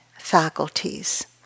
faculties